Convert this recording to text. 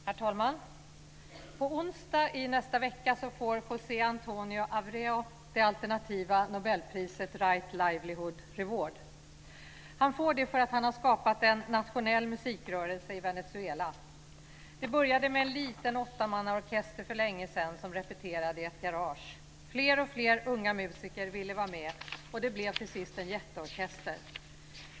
Herr talman! På onsdag i nästa vecka får Jose Antonio Abreu det alternativa nobelpriset Right Livelihood Reward. Han får det för att han har skapat en nationell musikrörelse i Venezuela. Det började för länge sedan med en liten åttamannaorkester som repeterade i ett garage. Fler och fler unga musker ville vara med. Det blev till sist en jätteorkester.